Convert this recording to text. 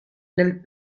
nel